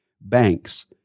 banks